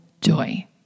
joy